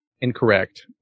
incorrect